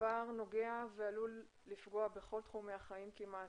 הפער פוגע ועלול לפגוע בכל תחומי החיים כמעט,